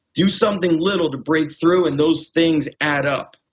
do something little to break through and those things add up.